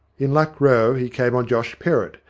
in luck row he came on josh perrott,